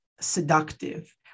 seductive